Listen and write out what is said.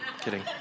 Kidding